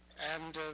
and